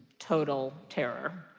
total terror.